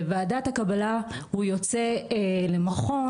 מועדת הקבלה הוא יוצא למכון,